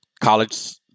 college